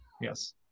yes